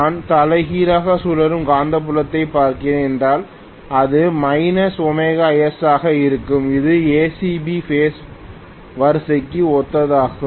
நான் தலைகீழ் சுழலும் காந்தப்புலத்தைப் பார்க்கிறேன் என்றால் அது ωs ஆக இருக்கும் இது ACB பேஸ் வரிசைக்கு ஒத்ததாகும்